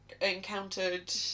encountered